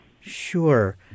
Sure